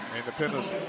Independence